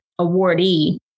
awardee